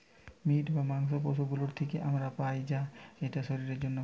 meet বা মাংস পশু গুলোর থিকে আমরা পাই আর এটা শরীরের জন্যে ভালো